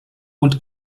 und